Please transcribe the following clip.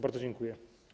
Bardzo dziękuję.